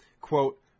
quote